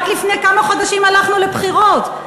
רק לפני כמה חודשים הלכנו לבחירות.